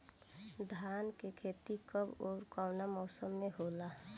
धान क खेती कब ओर कवना मौसम में होला?